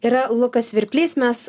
yra lukas svirplys mes